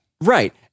Right